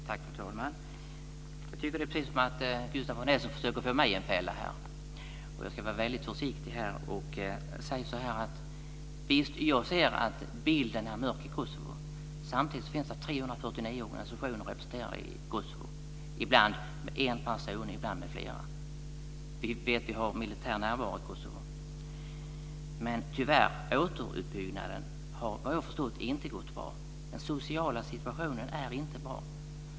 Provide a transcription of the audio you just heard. Fru talman! Jag tycker att verkar som om Gustaf von Essen försöker att få mig i en fälla här. Jag ska vara väldigt försiktig och säga att jag ser att bilden är mörk i Kosovo. Samtidigt finns det 349 organisationer representerade i Kosovo. En del har en person där, och en del flera. Det finns militär närvarande i Kosovo. Men, vad jag har förstått, har inte återuppbyggnaden gått bra. Den sociala situationen är inte bra.